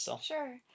Sure